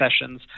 Sessions